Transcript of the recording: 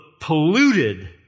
polluted